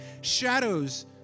shadows